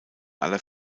aller